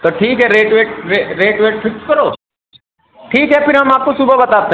तो ठीक है rate weight rate weight fix करो ठीक है फिर हम आपको सुबह बताते